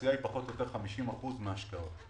התעשייה היא פחות או יותר 50% מן ההשקעות.